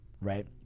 Right